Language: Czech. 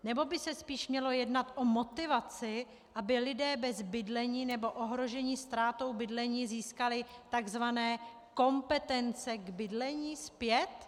Nebo by se spíše mělo jednat o motivaci, aby lidé bez bydlení nebo ohrožení ztrátou bydlení získali takzvané kompetence k bydlení zpět?